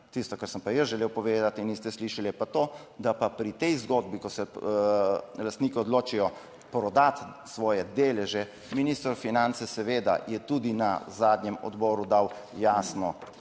Tisto, kar sem pa jaz želel povedati in niste slišali, je pa to, da pa pri tej zgodbi, ko se lastniki odločijo prodati svoje deleže, minister za finance seveda je tudi na zadnjem odboru dal jasno